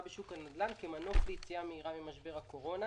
בשוק הנדל"ן כמנוף ליציאה מהירה ממשבר הקורונה".